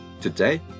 Today